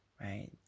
right